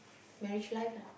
manage life lah